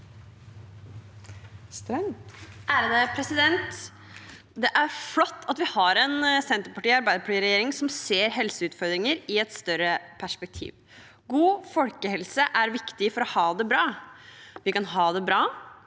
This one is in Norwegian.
Det er flott at vi har en Arbeiderparti–Senterparti-regjering som ser helseutfordringer i et større perspektiv. God folkehelse er viktig for å ha det bra. Vi kan ha det bra